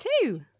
two